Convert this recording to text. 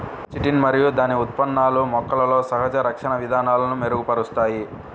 chitin మరియు దాని ఉత్పన్నాలు మొక్కలలో సహజ రక్షణ విధానాలను మెరుగుపరుస్తాయి